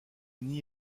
nid